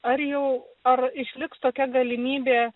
ar jau ar išliks tokia galimybė